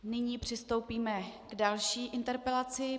Nyní přistoupíme k další interpelaci.